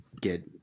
get